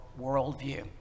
worldview